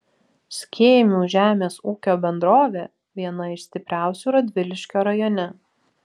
skėmių žemės ūkio bendrovė viena iš stipriausių radviliškio rajone